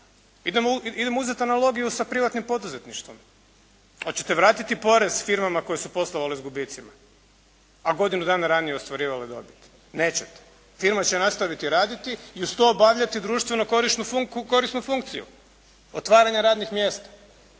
Idemo uzeti analogiju sa privatnim poduzetništvom. Hoćete vratiti porez firmama koje su poslovale s gubicima, a godinu dana ranije ostvarivala dobit? Nećete. Firma će nastaviti raditi i uz to obavljati društvenu korisnu funkciju, otvaranja radnih mjesta.